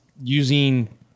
using